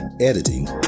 editing